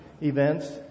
events